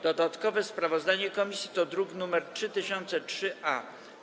Dodatkowe sprawozdanie komisji to druk nr 3003-A.